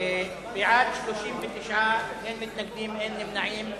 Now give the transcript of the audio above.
בעד, 39, אין מתנגדים, אין נמנעים.